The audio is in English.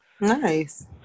nice